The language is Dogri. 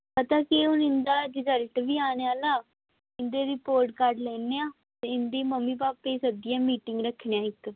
पता केह् हून इं'दा रज़ल्ट बी आने आह्ला इं'दे रपोट कार्ड़ लैन्ने आं ते इं'दी मम्मी पापे गी सद्दियै मिटिंग रक्खने आं इक